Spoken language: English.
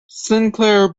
sinclair